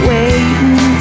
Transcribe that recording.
Waiting